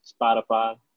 Spotify